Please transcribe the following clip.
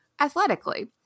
athletically